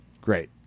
great